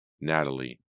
Natalie